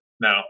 no